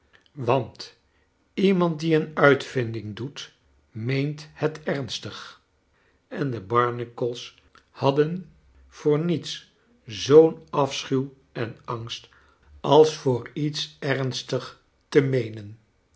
want iemand die een uitvinding doet meent het ernstig en de barnacles hadden voor niets zoo'n afschuw en angst als voor iets ernstig te meenen